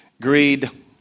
greed